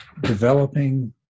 developing